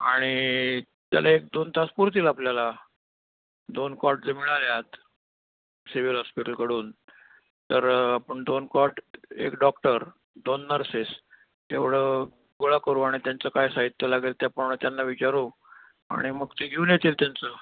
आणि त्याला एक दोन तास पुरतील आपल्याला दोन कॉट जर मिळाल्यात सिव्हिल हॉस्पिटलकडून तर आपण दोन कॉट एक डॉक्टर दोन नर्सेस तेवढं गोळा करू आणि त्यांचं काय साहित्य लागेल त्याप्रमाणे त्यांना विचारू आणि मग ते घेऊन येतील त्यांचं